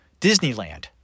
Disneyland